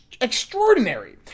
extraordinary